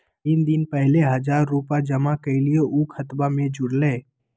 तीन दिन पहले हजार रूपा जमा कैलिये, ऊ खतबा में जुरले?